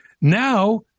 now